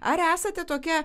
ar esate tokia